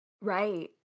Right